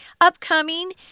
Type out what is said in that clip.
Upcoming